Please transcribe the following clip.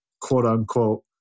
quote-unquote